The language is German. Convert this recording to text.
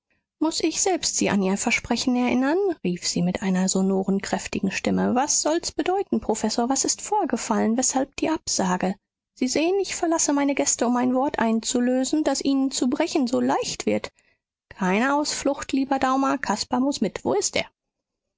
muß ich selbst sie an ihr versprechen erinnern rief sie mit einer sonoren kräftigen stimme was soll's bedeuten professor was ist vorgefallen weshalb die absage sie sehen ich verlasse meine gäste um ein wort einzulösen das ihnen zu brechen so leicht wird keine ausflucht lieber daumer caspar muß mit wo ist